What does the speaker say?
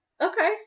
Okay